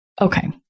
Okay